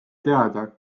teada